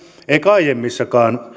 eikä myöskään aiemmissa